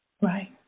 Right